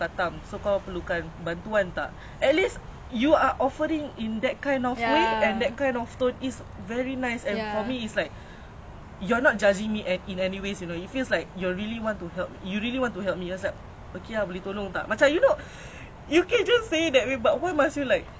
I come after you eh aku baru habis khatam [tau] kau tukar ke tak kau kat masjid mana macam like !wow! and usually is like not saying what ah but is the madrasah kids pun macam gitu ya and then they